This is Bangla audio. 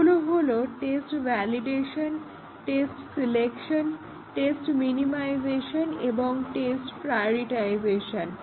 এগুলি হলো test validation test selection test minimization এবং টেস্ট প্রায়োরিটাইজেশন